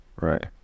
Right